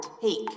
take